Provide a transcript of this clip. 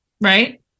right